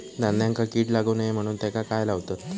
धान्यांका कीड लागू नये म्हणून त्याका काय लावतत?